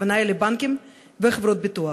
הכוונה היא לבנקים וחברות ביטוח.